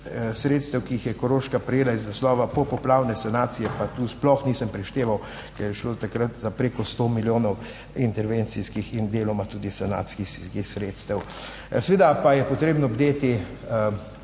Sredstev, ki jih je Koroška prejela iz naslova popoplavne sanacije, pa tu sploh nisem prešteval, ker je šlo takrat za preko sto milijonov intervencijskih in deloma tudi sanacijskih sredstev. Seveda pa je potrebno bdeti